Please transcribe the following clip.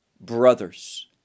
brothers